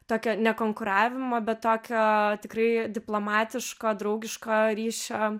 tokio nekonkuravimo bet tokio tikrai diplomatiško draugiško ryšio